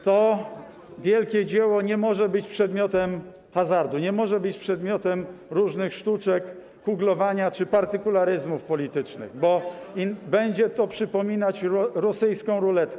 To wielkie dzieło nie może być przedmiotem hazardu, nie może być przedmiotem różnych sztuczek, kuglowania czy partykularyzmów politycznych, bo będzie to przypominać rosyjską ruletkę.